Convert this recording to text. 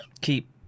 keep